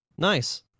Nice